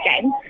game